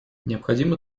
необходимо